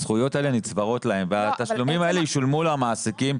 הזכויות האלה נצברות להם והתשלומים האלה ישולמו למעסיקים.